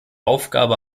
aufgabe